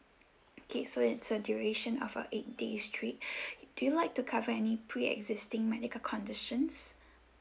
okay so it's a duration of a eight days trip do you like to cover any pre existing medical conditions